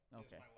okay